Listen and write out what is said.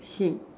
him